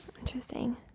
Interesting